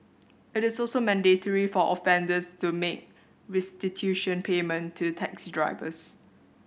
it is also mandatory for offenders to make restitution payment to taxi drivers